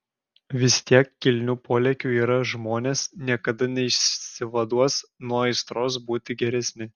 vis tiek kilnių polėkių yra žmonės niekada neišsivaduos nuo aistros būti geresni